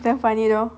damn funny though